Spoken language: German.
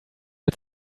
mit